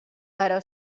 però